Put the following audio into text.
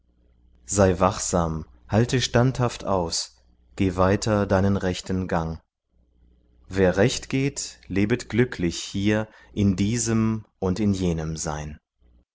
sei wachsam halte standhaft aus geh weiter deinen rechten gang wer recht geht lebet glücklich hier in diesem und in jenem sein